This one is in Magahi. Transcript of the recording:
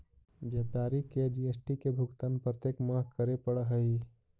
व्यापारी के जी.एस.टी के भुगतान प्रत्येक माह करे पड़ऽ हई